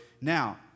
Now